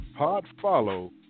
PodFollow